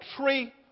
tree